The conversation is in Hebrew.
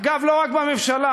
אגב, לא רק בממשלה,